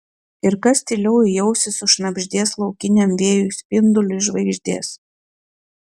ir kas tyliau į ausį sušnabždės laukiniam vėjui spinduliui žvaigždės